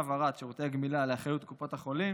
העברת שירותי הגמילה לאחריות קופות החולים),